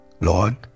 Lord